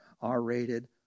r-rated